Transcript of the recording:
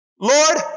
Lord